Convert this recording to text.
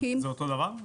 זה אותו הדבר?